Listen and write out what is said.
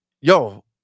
Yo